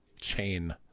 chain